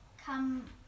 Come